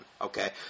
Okay